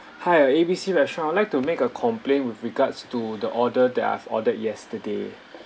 hi uh A B C restaurant I'd like to make a complaint with regards to the order that I've ordered yesterday